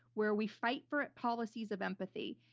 where we fight for policies of empathy.